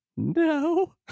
No